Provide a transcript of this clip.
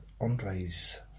Andre's